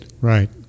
Right